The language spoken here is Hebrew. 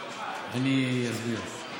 אני אסביר.